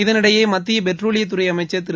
இதனிடையே மத்திய டெட்ரோலியத்துறை அமைச்ச் திரு